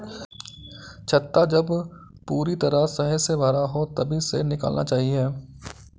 छत्ता जब पूरी तरह शहद से भरा हो तभी शहद निकालना चाहिए